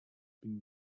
been